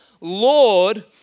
Lord